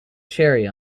cherry